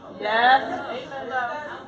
Yes